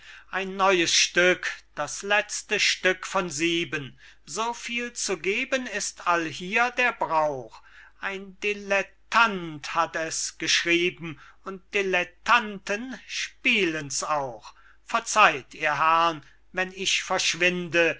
ein neues stück das letzte stück von sieben soviel zu geben ist allhier der brauch ein dilettant hat es geschrieben und dilettanten spielen's auch verzeiht ihr herrn wenn ich verschwinde